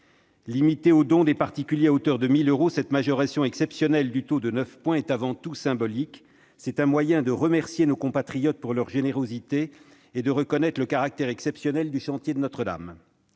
Limitée aux dons des particuliers à hauteur de 1 000 euros, cette majoration exceptionnelle du taux de 9 points est avant tout symbolique. C'est un moyen de remercier nos compatriotes pour leur générosité et de reconnaître le caractère exceptionnel du chantier de Notre-Dame.